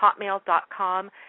hotmail.com